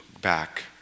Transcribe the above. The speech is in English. back